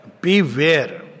beware